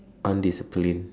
undisciplined